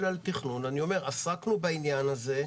על תכנון אני אומר: עסקנו בעניין הזה,